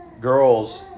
girls